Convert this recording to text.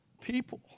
people